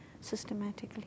systematically